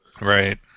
Right